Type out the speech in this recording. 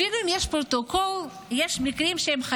אפילו אם יש פרוטוקול, יש מקרים חריגים,